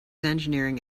engineering